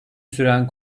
süren